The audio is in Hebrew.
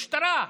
משטרה,